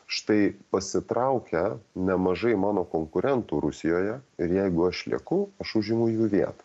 štai pasitraukia nemažai mano konkurentų rusijoje ir jeigu aš lieku aš užimu jų vietą